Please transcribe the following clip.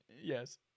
Yes